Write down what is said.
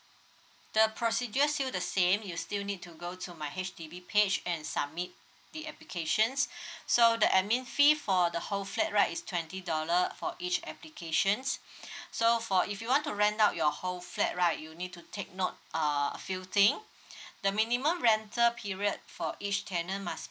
the procedure still the same you still need to go to my H_D_B page and submit the applications so the admin fee for the whole flat right is twenty dollar for each applications so for if you want to rent out your whole flat right you need to take note uh a few thing the minimum rental period for each tenant must